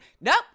Nope